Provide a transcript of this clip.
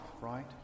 right